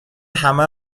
همه